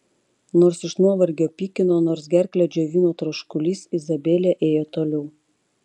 nors iš nuovargio pykino nors gerklę džiovino troškulys izabelė ėjo toliau